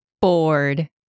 Bored